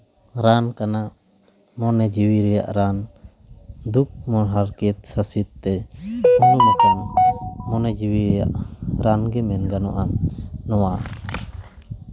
ᱨᱟᱱ ᱠᱟᱱᱟ ᱢᱚᱱᱮ ᱡᱤᱣᱤ ᱨᱮᱭᱟᱜ ᱨᱟᱱ ᱫᱩᱠ ᱦᱟᱨᱠᱮᱛ ᱥᱟᱥᱮᱛ ᱛᱮ ᱟᱹᱰᱤ ᱱᱟᱯᱟᱭ ᱢᱚᱱᱮ ᱡᱤᱣᱤ ᱨᱮᱭᱟᱜ ᱨᱟᱱᱜᱮ ᱢᱮᱱ ᱜᱟᱱᱚᱜᱼᱟ ᱱᱚᱣᱟ